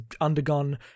undergone